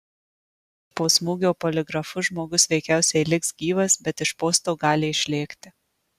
po smūgio poligrafu žmogus veikiausiai liks gyvas bet iš posto gali išlėkti